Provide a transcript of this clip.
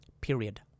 Period